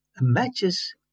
matches